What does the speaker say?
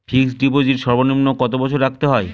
Fixed deposit সর্বনিম্ন কত বছর রাখতে হয়?